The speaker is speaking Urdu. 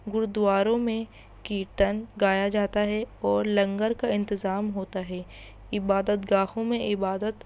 گرودواروں میں کیتن گایا جاتا ہے اور لنگر کا انتظام ہوتا ہے عبادت گاہوں میں عبادت